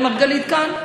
אראל מרגלית כאן,